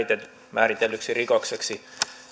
määritellyksi rikokseksi